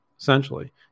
essentially